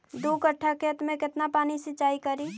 दू कट्ठा खेत में केतना पानी सीचाई करिए?